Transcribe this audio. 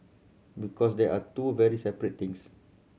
because they are two very separate things